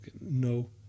no